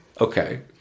okay